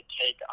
take